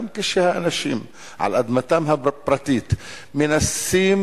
גם כשהאנשים על אדמתם הפרטית מנסים